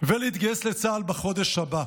ולהתגייס לצה"ל בחודש הבא.